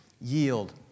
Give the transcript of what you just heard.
Yield